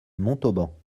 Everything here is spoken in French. montauban